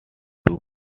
took